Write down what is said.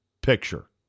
picture